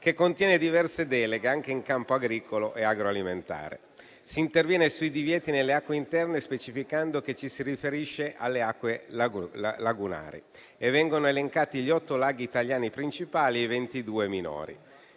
che contiene diverse deleghe, anche in campo agricolo e agroalimentare. Si interviene sui divieti nelle acque interne, specificando che ci si riferisce alle acque lagunari, e vengono elencati gli otto laghi italiani principali e i 22 minori.